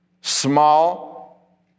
Small